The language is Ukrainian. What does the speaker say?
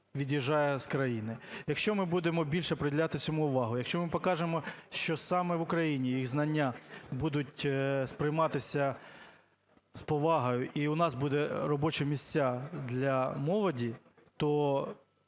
від'їжджає з країни. Якщо ми будемо більше приділяти цьому уваги, якщо ми покажемо, що саме в Україні їх знання будуть сприйматися з повагою і у нас будуть робочі місця для молоді, то